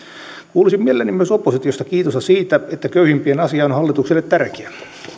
kuulisin mielelläni myös oppositiosta kiitosta siitä että köyhimpien asia on hallitukselle tärkeä